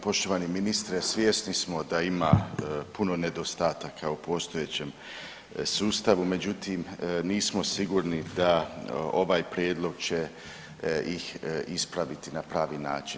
Poštovani ministre, svjesni smo da ima puno nedostataka u postojećem sustavu, međutim nismo sigurni da ovaj prijedlog će ih ispraviti na pravi način.